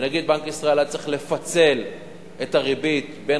שנגיד בנק ישראל היה צריך לפצל את הריבית בין